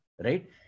right